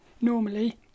normally